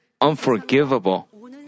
unforgivable